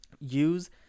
Use